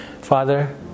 Father